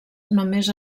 només